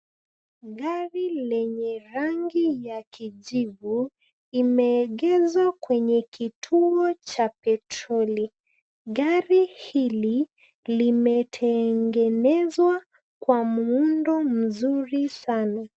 Gari lenye rangi ya kijivu, imeegezwa kwenye kituo cha petroli. Gari hili, limetengezwa kwa muundo mzuri sana.